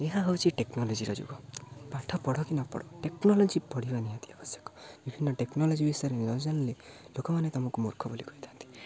ଏହା ହେଉଛି ଟେକ୍ନୋଲୋଜିର ଯୁଗ ପାଠ ପଢ଼ କି ନ ପଢ଼ ଟେକ୍ନୋଲୋଜି ପଢ଼ିବା ନିହାତି ଆବଶ୍ୟକ ବିଭିନ୍ନ ଟେକ୍ନୋଲୋଜି ବିଷୟରେ ନଜାଣିଲେ ଲୋକମାନେ ତମକୁ ମୂର୍ଖ ବୋଲି କହିଥାନ୍ତି